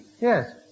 Yes